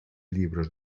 libros